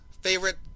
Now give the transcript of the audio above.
favorite